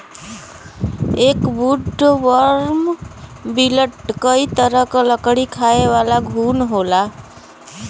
एक woodworm beetle कई तरह क लकड़ी खायेवाला घुन होला